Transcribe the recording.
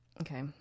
okay